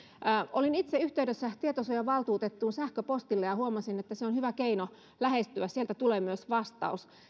olin itse yhteydessä tietosuojavaltuutettuun sähköpostilla ja huomasin että se on hyvä keino lähestyä sieltä tulee myös vastaus